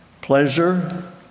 pleasure